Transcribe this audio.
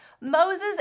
Moses